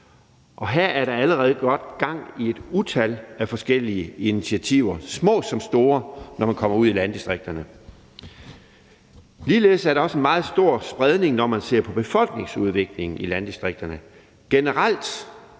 Her er der allerede godt gang i et utal af forskellige initiativer, små som store, når man kommer ud i landdistrikterne. Ligeledes er der også en meget stor spredning, når man ser på befolkningsudviklingen i landdistrikterne. Generelt